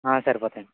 సరిపోతాయండి